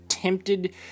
Tempted